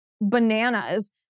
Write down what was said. bananas